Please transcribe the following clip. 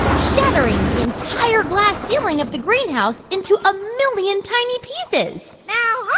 shattering the entire glass ceiling of the greenhouse into a million tiny pieces now,